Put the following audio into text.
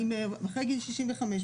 אחרי גיל 65,